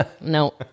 No